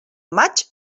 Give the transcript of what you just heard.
maig